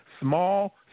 small